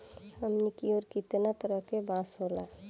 हमनी कियोर कितना तरह के बांस होला